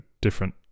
different